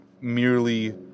merely